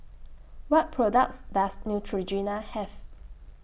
What products Does Neutrogena Have